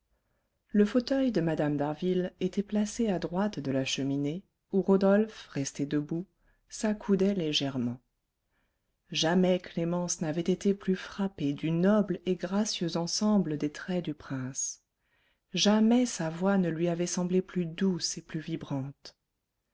le fauteuil de mme d'harville était placé à droite de la cheminée où rodolphe resté debout s'accoudait légèrement jamais clémence n'avait été plus frappée du noble et gracieux ensemble des traits du prince jamais sa voix ne lui avait semblé plus douce et plus vibrante